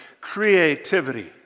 creativity